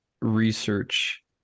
research